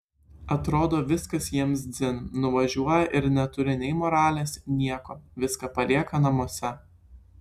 atrodo viskas jiems dzin nuvažiuoja ir neturi nei moralės nieko viską palieka namuose